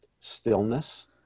stillness